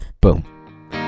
Boom